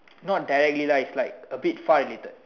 not directly lah it's like a bit far related